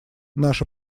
наше